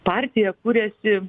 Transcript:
partija kuriasi